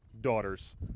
daughters